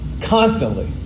constantly